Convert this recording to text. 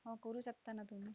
हो करू शकता ना तुम्ही